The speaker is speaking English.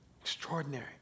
Extraordinary